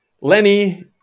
Lenny